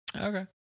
Okay